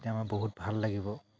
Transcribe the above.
তেতিয়া আমাৰ বহুত ভাল লাগিব